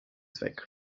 zweck